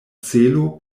celo